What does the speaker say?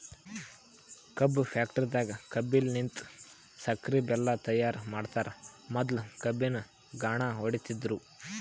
ಕಬ್ಬ್ ಫ್ಯಾಕ್ಟರಿದಾಗ್ ಕಬ್ಬಲಿನ್ತ್ ಸಕ್ಕರಿ ಬೆಲ್ಲಾ ತೈಯಾರ್ ಮಾಡ್ತರ್ ಮೊದ್ಲ ಕಬ್ಬಿನ್ ಘಾಣ ಹೊಡಿತಿದ್ರು